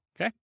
okay